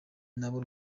nabo